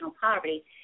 poverty